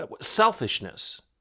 Selfishness